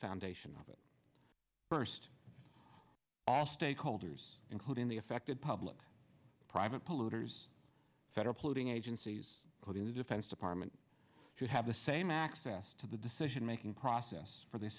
foundation of it first all stakeholders including the affected public private polluters federal polluting agencies including the defense department should have the same access to the decision making process for the